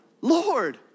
Lord